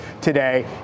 today